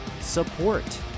support